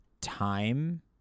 time